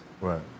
Right